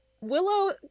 Willow